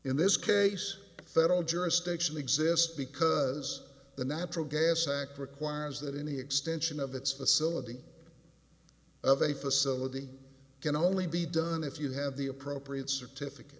in this case federal jurisdiction exists because the natural gas act requires that in the extension of its facilities of a facility can only be done if you have the appropriate certificate